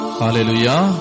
hallelujah